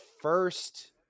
first